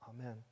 Amen